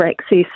access